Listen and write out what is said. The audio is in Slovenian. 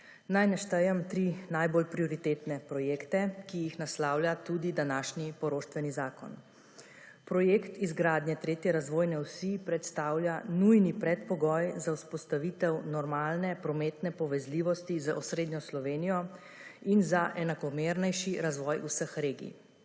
Naj naštejem tri najbolj prioritetne projekte, ki jih naslavlja tudi današnji poroštveni zakon. Projekt izgradnje tretje razvojne osi predstavlja nujni predpogoj za vzpostavitev normalne prometne povezljivosti z osrednjo Slovenijo in za enakomernejši razvoj vseh regij.